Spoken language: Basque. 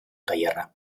tailerra